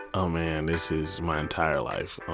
um and this is my entire life.